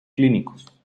clínicos